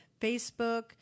Facebook